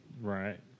Right